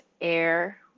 air